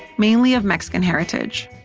mainly of mexican heritage.